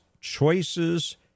Choices